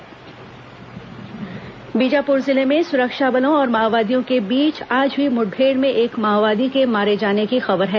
माओवादी मुठभेड़ गिरफ्तार बीजापुर जिले में सुरक्षा बलों और माओवादियों के बीच आज हुई मुठभेड़ में एक माओवादी के मारे जाने की खबर है